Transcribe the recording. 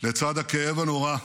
לצד הכאב הנורא,